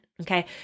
Okay